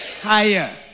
Higher